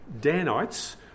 Danites